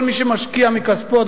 כל מי שמשקיע מכספו,